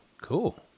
Cool